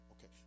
Okay